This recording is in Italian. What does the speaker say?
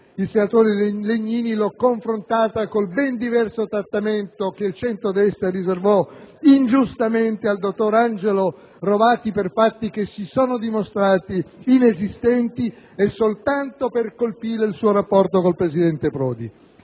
il senatore Legnini, l'ho confrontata con il ben diverso trattamento che il centrodestra riservò ingiustamente al dottor Angelo Rovati, per fatti che si sono dimostrati inesistenti e soltanto per colpire il suo rapporto con il presidente Prodi.